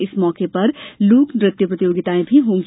इस मौके पर लोक नृत्य प्रतियोगिताएँ होंगी